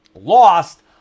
lost